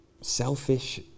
selfish